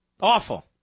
Awful